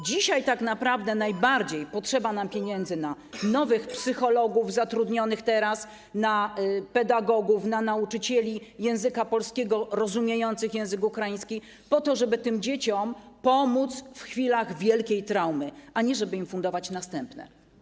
Dzisiaj tak naprawdę najbardziej potrzeba nam pieniędzy na nowych psychologów, zatrudnionych teraz, na pedagogów, na nauczycieli języka polskiego rozumiejących język ukraiński, po to żeby tym dzieciom pomóc w chwilach wielkiej traumy, a nie żeby im fundować następne.